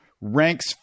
ranks